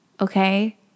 okay